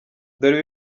dore